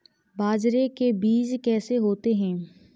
बाजरे के बीज कैसे होते हैं?